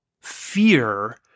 fear